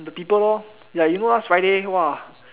the people lor you know last friday !wah!